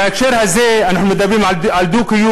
בהקשר הזה אנחנו מדברים על דו-קיום.